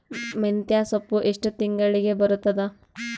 ಮೆಂತ್ಯ ಸೊಪ್ಪು ಎಷ್ಟು ತಿಂಗಳಿಗೆ ಬರುತ್ತದ?